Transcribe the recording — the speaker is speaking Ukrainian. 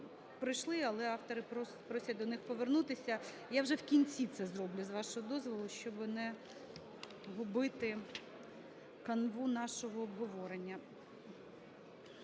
пройшли, але автори просять до них повернутися. Я вже в кінці це зроблю, з вашого дозволу, щоби не губити канву нашого обговорення.